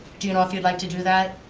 do you know if you'd like to do that,